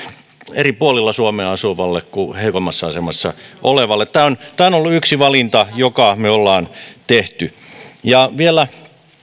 eri puolilla suomea asuville kuin heikoimmassa asemassa oleville tämä on ollut yksi valinta jonka me olemme tehneet ja vielä